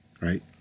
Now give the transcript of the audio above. right